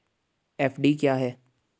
FD क्या है?